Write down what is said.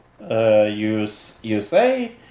USA